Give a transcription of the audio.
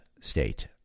state